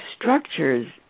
structures